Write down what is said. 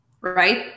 right